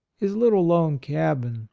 his little lone cabin,